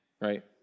right